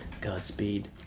Godspeed